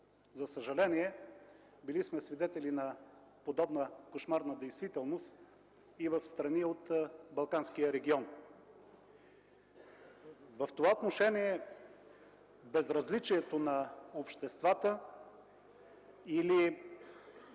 За съжаление, били сме свидетели на подобна кошмарна действителност и в страни от Балканския регион. В това отношение безразличието на обществата или